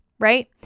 right